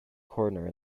corner